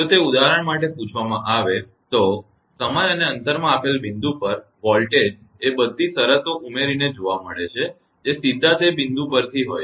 જો તે ઉદાહરણ માટે પૂછવામાં આવે તો સમય અને અંતરમાં આપેલા બિંદુ પર વોલ્ટેજ એ બધી શરતોશબ્દો ઉમેરીને જોવા મળે છે જે સીધા તે બિંદુથી ઉપર હોય છે